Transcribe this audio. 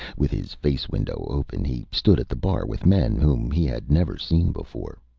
with his face-window open, he stood at the bar with men whom he had never seen before.